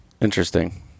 Interesting